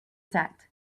set